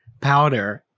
powder